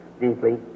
deeply